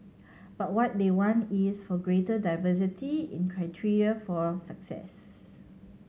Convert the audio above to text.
but what they want is for greater diversity in criteria for success